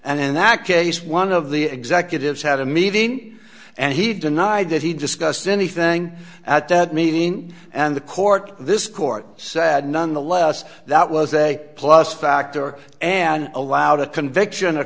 and in that case one of the executives had a meeting and he denied that he discussed anything at that meeting and the court this court said nonetheless that was a plus factor and allowed a conviction